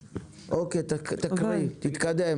אוקיי, תתקדם.